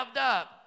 up